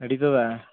ನಡೀತದ